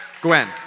Gwen